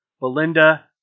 Belinda